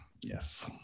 Yes